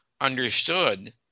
understood